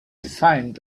find